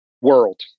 world